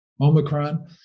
Omicron